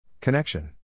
Connection